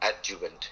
adjuvant